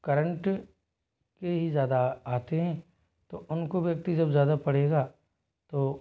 current के ही ज्यादा आते हैं तो उनको व्यक्ति जब ज़्यादा पढ़ेगा तो